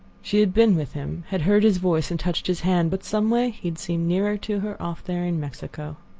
she had been with him, had heard his voice and touched his hand. but some way he had seemed nearer to her off there in mexico.